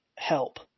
help